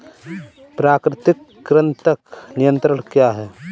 प्राकृतिक कृंतक नियंत्रण क्या है?